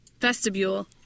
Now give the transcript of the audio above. Vestibule